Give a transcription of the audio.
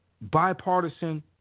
bipartisan